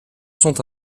sont